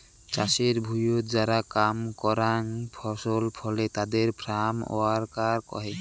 চাষের ভুঁইয়ত যারা কাম করাং ফসল ফলে তাদের ফার্ম ওয়ার্কার কহে